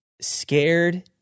scared